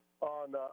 on